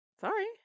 Sorry